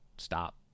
stop